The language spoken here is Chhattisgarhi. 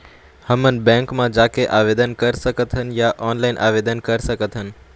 हमन बैंक मा जाके आवेदन कर सकथन या ऑनलाइन आवेदन कर सकथन?